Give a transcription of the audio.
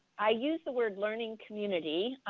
i used the word learning community.